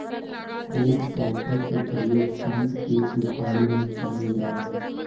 home टॉपर के प्रयोग कन्द के उखाड़े में करल जा हई